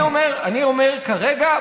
אני אומר: כרגע,